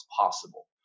possible